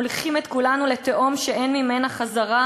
מוליכים את כולנו לתהום שאין ממנה חזרה,